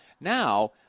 now